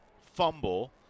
fumble